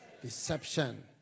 deception